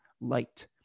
light